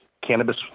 cannabis